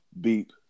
beep